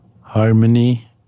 harmony